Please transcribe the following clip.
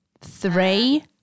Three